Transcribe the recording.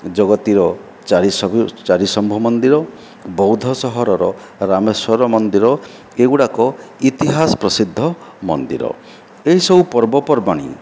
ଜଗତିର ଚାରି ଚାରିସମ୍ଭୂ ମନ୍ଦିର ବଉଦ ସହରର ରାମେଶ୍ଵର ମନ୍ଦିର ଏଗୁଡ଼ାକ ଇତିହାସ ପ୍ରସିଦ୍ଧ ମନ୍ଦିର ଏହି ସବୁ ପର୍ବପର୍ବାଣି